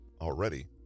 already